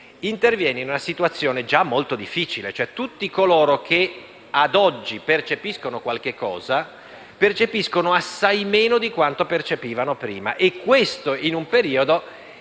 interviene dunque in una situazione già molto difficile. Tutti coloro che ad oggi percepiscono qualcosa, percepiscono assai meno di quello che percepivano prima, e questo in un periodo